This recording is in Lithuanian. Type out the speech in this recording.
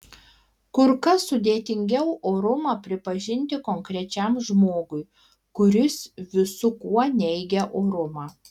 kur kas sudėtingiau orumą pripažinti konkrečiam žmogui kuris visu kuo neigia orumą